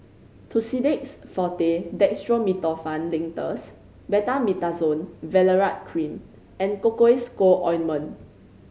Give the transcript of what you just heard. Tussidex Forte Dextromethorphan Linctus Betamethasone Valerate Cream and Cocois Co Ointment